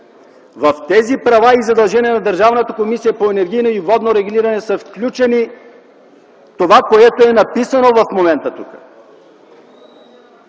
В тези права и задължения на Държавната комисия по енергийно и водно регулиране е включено това, което е написано в момента тук.